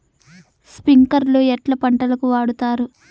స్ప్రింక్లర్లు ఎట్లా పంటలకు వాడుతారు?